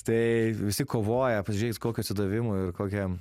tai visi kovoja pasižiūrėjus kokiu atsidavimu ir kokia